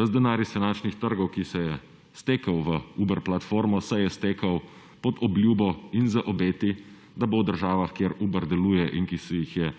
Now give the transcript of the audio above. Ves denar iz finančnih trgov, ki se je stekel v Uber platformo se je stekel pod obljubo in z obeti, da bo v državah kjer Uber deluje in ki si jih je